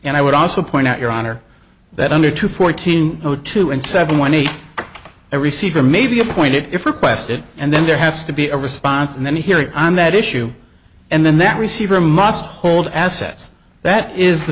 and i would also point out your honor that under two fourteen zero two and seven one eight a receiver may be appointed if requested and then there has to be a response and then hearing on that issue and then that receiver must hold assets that is